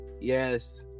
yes